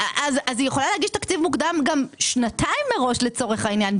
היא יכולה להגיש תקציב מוקדם גם שנתיים מראש לצורך העניין.